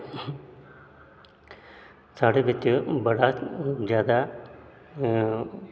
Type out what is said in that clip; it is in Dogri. साढ़े बिच्च बड़ा ज्यादा